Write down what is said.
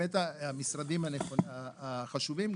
באמת המשרדים החשובים.